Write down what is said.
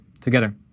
together